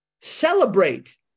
Celebrate